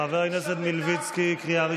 הלוואי והיית יודע עשירית ממנו.